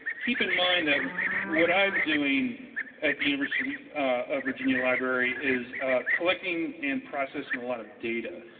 keep in mind that what i'm doing at the university of virginia library is collecting and processing a lot of data.